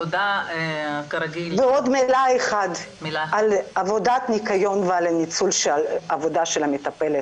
עוד מילה אחת על עבודת ניקיון וניצול עבודת המטפלת.